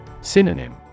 Synonym